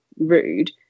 rude